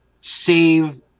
save